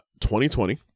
2020